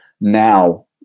now